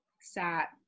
sat